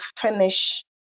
finish